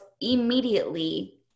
immediately